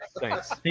Thanks